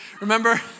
remember